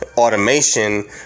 Automation